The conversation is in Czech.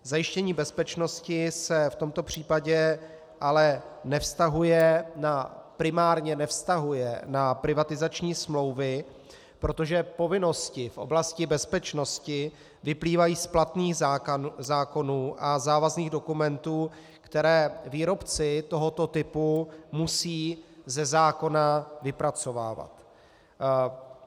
Zajištění bezpečnosti se v tomto případě ale primárně nevztahuje na privatizační smlouvy, protože povinnosti v oblasti bezpečnosti vyplývají z platných zákonů a závazných dokumentů, které výrobci tohoto typu musí ze zákona vypracovávat.